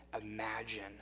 imagine